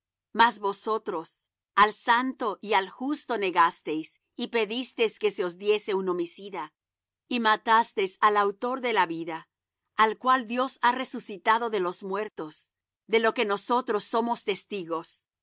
mas vosotros al santo y al justo negasteis y pedisteis que se os diese un homicida y matasteis al autor de la vida al cual dios ha resucitado de los muertos de lo que nosotros somos testigos